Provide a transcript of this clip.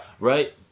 Right